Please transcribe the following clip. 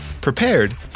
prepared